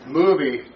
movie